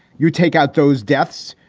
you take out those deaths.